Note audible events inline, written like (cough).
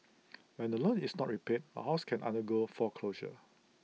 (noise) when the loan is not repaid A house can undergo foreclosure